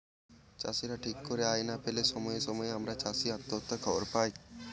চাষীরা ঠিক করে আয় না পেলে সময়ে সময়ে আমরা চাষী আত্মহত্যার খবর পায়